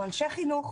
אנחנו אנשי חינוך,